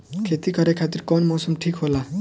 खेती करे खातिर कौन मौसम ठीक होला?